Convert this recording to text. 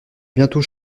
bientôt